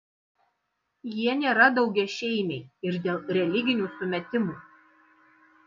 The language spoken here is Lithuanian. jie nėra daugiašeimiai ir dėl religinių sumetimų